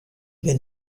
bin